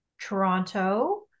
Toronto